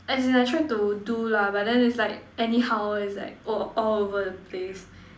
as in I try to do lah but then is like anyhow is like all !wah! over the place